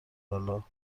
حالا